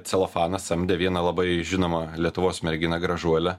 celofanas samdė vieną labai žinomą lietuvos merginą gražuolę